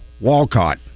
Walcott